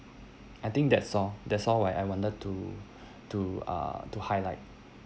I think that's all that's all I wanted to to uh to highlight